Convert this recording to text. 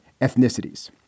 ethnicities